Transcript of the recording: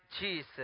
Jesus